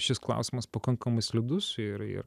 šis klausimas pakankamai slidus ir ir